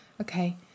Okay